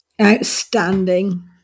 Outstanding